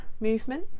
movement